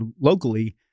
locally